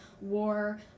war